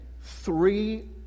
three